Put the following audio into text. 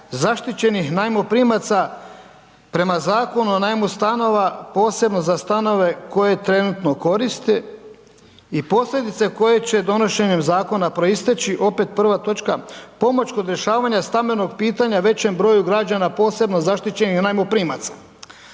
zaštićenih najmoprimaca prema Zakonu o najmu stanova posebno za stanove koje trenutno koriste i posljedice koje će donošenjem zakona proisteći, opet prva točka, pomoć kod rješavanja stambenog pitanja većem broju građana posebno zaštićenih najmoprimaca.